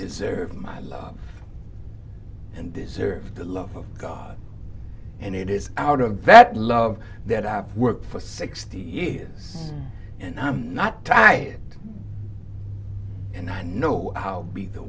deserve my love and deserve the love of god and it is out of that love that i have worked for sixty years and i'm not tied to the end i know how be the